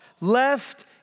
left